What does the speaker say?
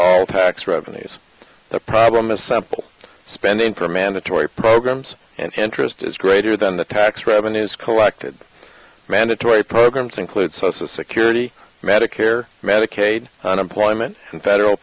all tax revenues the problem is simple spending for mandatory programs and interest is greater than the tax revenues collected mandatory programs include social security medicare medicaid and employment in federal